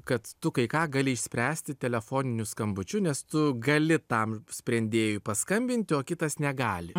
kad tu kai ką gali išspręsti telefoniniu skambučiu nes tu gali tam sprendėjui paskambinti o kitas negali